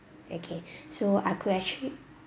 okay so I could actually